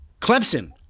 Clemson